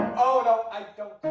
oh no i don't.